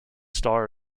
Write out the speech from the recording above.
star